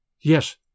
Yes